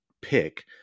pick